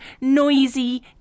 noisy